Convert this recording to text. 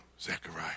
Zechariah